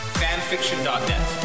fanfiction.net